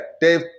Dave